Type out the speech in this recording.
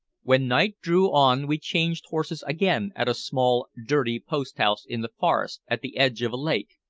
when night drew on we changed horses again at a small, dirty post-house in the forest, at the edge of a lake,